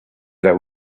that